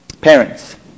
Parents